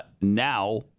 Now